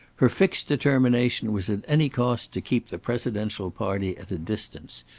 her fixed determination was at any cost to keep the presidential party at a distance,